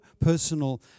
personal